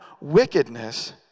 wickedness